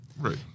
right